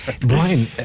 Brian